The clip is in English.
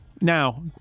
now